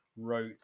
wrote